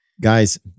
guys